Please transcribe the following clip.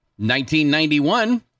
1991